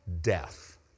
death